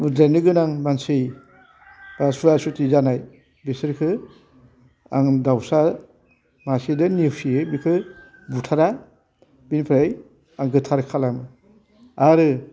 उद्रायनो गोनां मानसि बा सुवा सुथि जानाय बिसोरखौ आङो दाउसा मासेजों नेवसियो बेखौ बुथारा बेनिफ्राय आं गोथार खालामो आरो